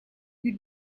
you